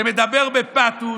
שמדבר בפתוס,